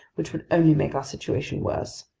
which would only make our situation worse.